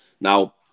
Now